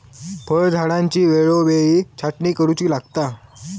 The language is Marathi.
फळझाडांची वेळोवेळी छाटणी करुची लागता